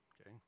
Okay